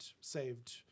saved